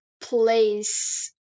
place